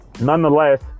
Nonetheless